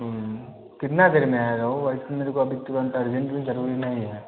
कितना दिन में आएगा वह वैसे मेरे को अभी तुरंत अर्जेंट भी ज़रूरी नहीं है